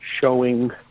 showing